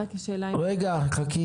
0 נמנעים,